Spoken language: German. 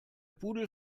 pudel